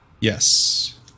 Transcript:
Yes